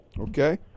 Okay